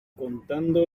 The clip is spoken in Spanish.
contando